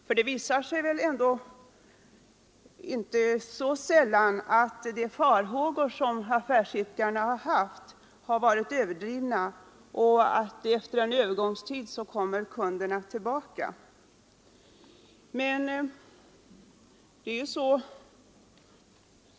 Men det visar sig ändå inte så sällan att de farhågor som affärsidkarna haft har varit överdrivna och att kunderna kommer tillbaka efter en övergångstid.